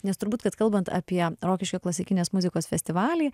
nes turbūt kad kalbant apie rokiškio klasikinės muzikos festivalį